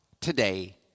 today